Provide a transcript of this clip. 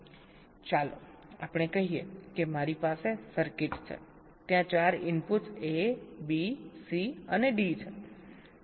ચાલો આપણે કહીએ કે મારી પાસે સર્કિટ છે ત્યાં 4 ઇનપુટ્સ એબીસી ડી છે